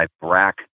BRAC